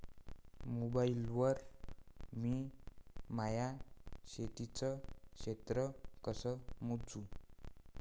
Mobile वर मी माया शेतीचं क्षेत्र कस मोजू?